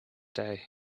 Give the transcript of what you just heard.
day